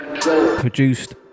produced